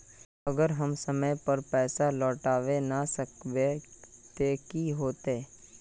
अगर हम समय पर पैसा लौटावे ना सकबे ते की होते?